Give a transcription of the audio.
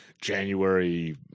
January